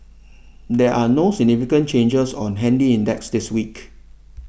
there are no significant changes on handy index this week